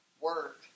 work